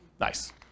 Nice